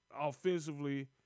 offensively